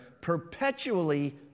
perpetually